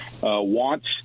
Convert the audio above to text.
wants